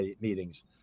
meetings